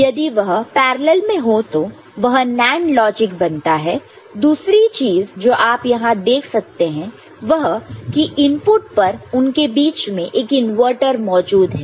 यदि वह पैरलल में हो तो तो वह NAND लॉजिक बनता दूसरी चीज जो आप यहां देख सकते हैं वह की इनपुट पर उनके बीच में एक इनवर्टर मौजूद है